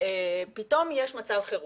פתאום יש מצב חירום,